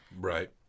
Right